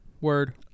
word